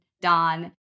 Don